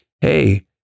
hey